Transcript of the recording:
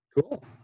Cool